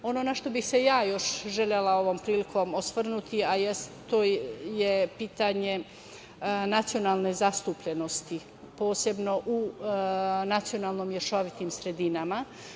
Ono na šta bih se ja još želela ovom prilikom osvrnuti to je pitanje nacionalne zastupljenosti, posebno u nacionalno mešovitim sredinama.